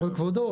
אבל כבודו,